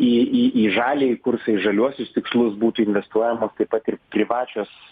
į į į žaliąjį kursą į žaliuosius tikslus būtų investuojamos taip pat ir privačios